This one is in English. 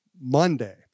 Monday